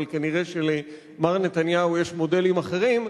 אבל כנראה שלמר נתניהו יש מודלים אחרים,